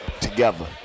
together